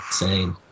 insane